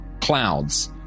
Clouds